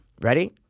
Ready